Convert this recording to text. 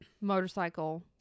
motorcycle